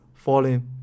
Falling